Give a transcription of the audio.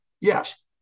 Yes